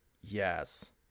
Yes